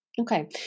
Okay